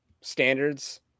standards